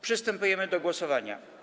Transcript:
Przystępujemy do głosowania.